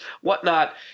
whatnot